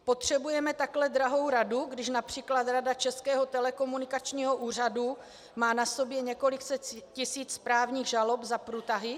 Potřebujeme takhle drahou radu, když například rada Českého telekomunikačního úřadu má na sobě několik set tisíc správních žalob za průtahy?